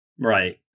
Right